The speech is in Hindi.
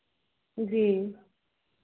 जी